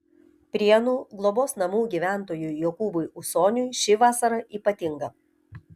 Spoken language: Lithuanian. prienų globos namų gyventojui jokūbui ūsoniui ši vasara ypatinga